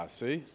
see